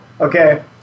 okay